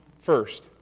first